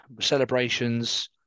celebrations